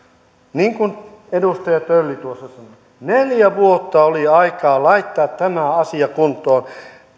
niin kuin edustaja tölli tuossa sanoi neljä vuotta oli aikaa laittaa tämä asia kuntoon